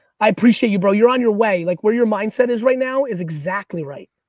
i appreciate you, bro. you're on your way. like where your mindset is right now is exactly right.